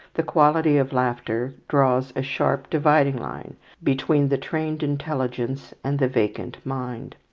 the quality of laughter draws a sharp dividing-line between the trained intelligence and the vacant mind.